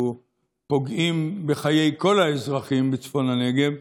שפוגעים בחיי כל האזרחים בצפון הנגב,